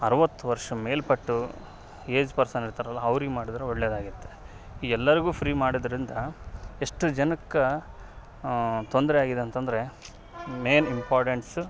ಅರವತ್ತು ವರ್ಷ ಮೇಲ್ಪಟ್ಟು ಏಜ್ ಪರ್ಸನ್ ಇರ್ತಾರಲ್ಲ ಅವ್ರಿಗೆ ಮಾಡಿದ್ರೆ ಒಳ್ಳೆದಾಗಿತ್ತು ಈ ಎಲ್ರಿಗೂ ಫ್ರೀ ಮಾಡೋದ್ರಿಂದ ಎಷ್ಟು ಜನಕ್ಕೆ ತೊಂದರೆ ಆಗಿದೆ ಅಂತಂದ್ರೆ ಮೇನ್ ಇಂಪೊಡೆನ್ಸ್